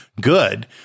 good